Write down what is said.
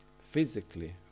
physically